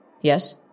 Yes